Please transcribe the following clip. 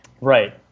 Right